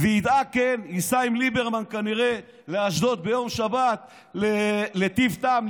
וייסע עם ליברמן כנראה לאשדוד ביום שבת לטיב טעם,